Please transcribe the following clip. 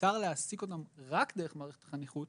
שמותר אותם רק דרך מערכת החניכות